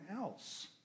else